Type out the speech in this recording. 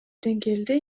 деңгээлде